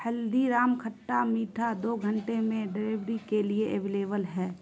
ہلدی رام کھٹا میٹھا دو گھنٹے میں ڈیلیوری کے لیے اویلیبل ہے